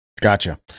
Gotcha